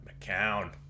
McCown